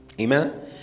amen